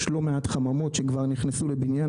יש כבר לא מעט חממות שכבר נכנסו לבניין,